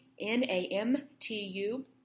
N-A-M-T-U